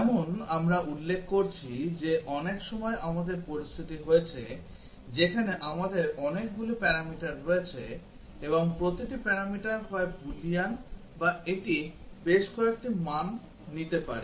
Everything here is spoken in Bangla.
যেমন আমরা উল্লেখ করছি যে অনেক সময় আমাদের পরিস্থিতি হয়েছে যেখানে আমাদের অনেকগুলি প্যারামিটার রয়েছে এবং প্রতিটি প্যারামিটার হয় বুলিয়ান বা এটি বেশ কয়েকটি মান নিতে পারে